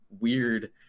weird